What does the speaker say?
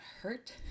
hurt